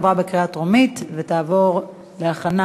עברה בקריאה טרומית ותועבר להכנה,